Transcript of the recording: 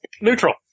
Neutral